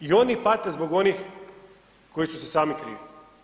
I oni pate zbog onih koji su si sami krivi.